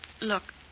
Look